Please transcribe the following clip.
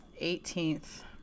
18th